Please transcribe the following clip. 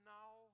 now